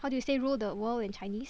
how do you say rule the world in Chinese